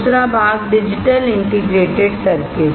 दूसरा भाग digital integrated circuit